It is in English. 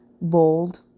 Bold